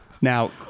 Now